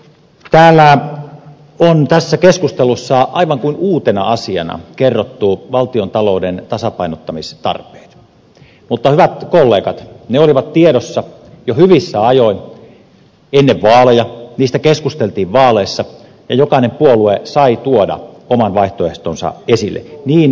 täällä on tässä keskustelussa aivan kuin uutena asiana kerrottu valtiontalouden tasapainottamistarpeet mutta hyvät kollegat ne olivat tiedossa jo hyvissä ajoin ennen vaaleja niistä keskusteltiin vaaleissa ja jokainen puolue sai tuoda oman vaihtoehtonsa esille niin myöskin keskusta